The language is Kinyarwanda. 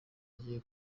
ugiye